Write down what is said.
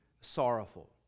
sorrowful